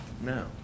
No